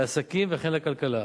לעסקים וכן לכלכלה.